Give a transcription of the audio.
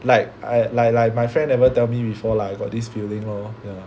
like I like like my friend ever tell me before lah I got this feeling lor ya